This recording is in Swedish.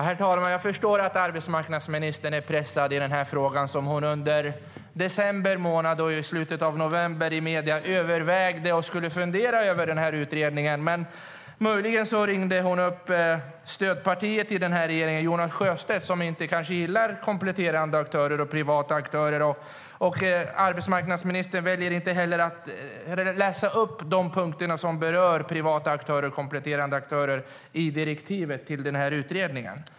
Herr talman! Jag förstår att arbetsmarknadsministern är pressad i den här frågan, eftersom det framgick i medierna i slutet av november och i december att hon övervägde och skulle fundera över utredningen. Men möjligen ringde hon upp stödpartiet till regeringen och Jonas Sjöstedt, som kanske inte gillar kompletterande aktörer och privata aktörer. Arbetsmarknadsministern väljer inte att läsa upp de punkter som berör privata aktörer och kompletterande aktörer i direktivet till utredningen.